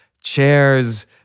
chairs